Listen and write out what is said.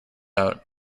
out